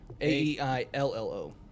A-E-I-L-L-O